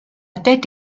tête